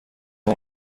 اون